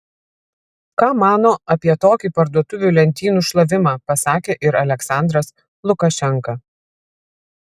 ką mano apie tokį parduotuvių lentynų šlavimą pasakė ir aliaksandras lukašenka